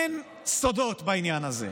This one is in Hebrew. אין סודות בעניין הזה.